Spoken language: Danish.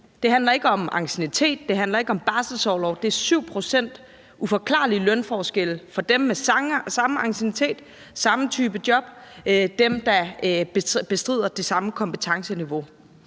Det handler ikke om anciennitet, og det handler ikke om barselsorlov, men der er en uforklarlig lønforskel på 7 pct. mellem dem med den samme anciennitet, den samme type job, dem, der bestrider det samme kompetenceniveau.